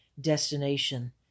destination